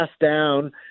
down